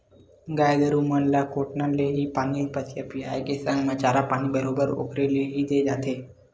गाय गरु मन ल कोटना ले ही पानी पसिया पायए के संग चारा पानी बरोबर ओखरे ले ही देय जाथे